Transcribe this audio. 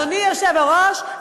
אדוני היושב-ראש,